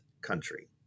country